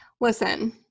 listen